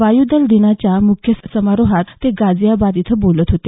वायूदल दिनाच्या मुख्य समारोहात ते गाझीयाबादमध्ये बोलत होते